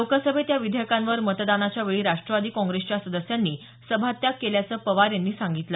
लोकसभेत या विधेयकांवर मतदानाच्या वेळी राष्ट्रवादी काँग्रेसच्या सदस्यांनी सभात्याग केल्याचं पवार यांनी सांगितलं